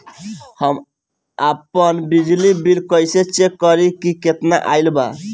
हम आपन बिजली बिल कइसे चेक करि की केतना आइल बा?